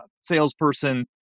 salesperson